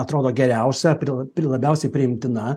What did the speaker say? atrodo geriausia pri pri labiausiai priimtina